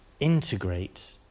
Integrate